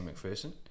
McPherson